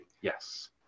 Yes